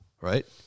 right